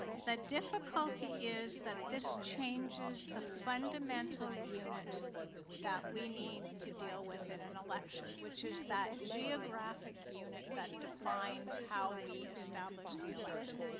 the difficulty is that this changes the fundamental unit that we need to deal with in an election which is the geographic unit that defines how we establish the election.